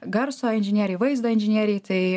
garso inžinieriai vaizdo inžinieriai tai